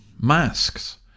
masks